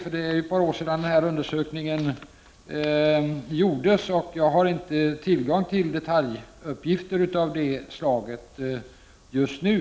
Undersökningen gjordes för ett par år sedan, och jag har inte tillgång till detaljuppgifter av det slaget just nu.